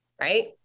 right